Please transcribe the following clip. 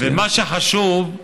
ומה שחשוב,